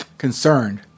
Concerned